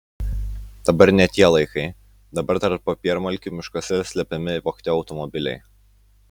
dabar ne tie laikai dabar tarp popiermalkių miškuose slepiami vogti automobiliai